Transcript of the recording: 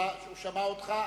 הוא שמע אותך.